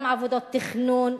גם עבודות תכנון,